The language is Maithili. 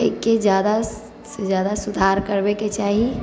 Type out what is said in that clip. एहिके जादासँ जादा सुधार करबैके चाही